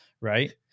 Right